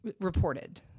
Reported